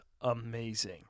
amazing